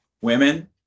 women